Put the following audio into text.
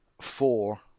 four